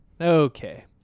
okay